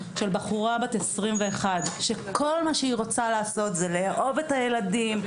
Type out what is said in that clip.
של בחורה בת 21 שכל מה שהיא רוצה לעשות זה לאהוב את הילדים,